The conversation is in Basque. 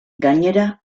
gainera